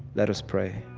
let us pray.